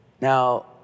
Now